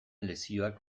lezioak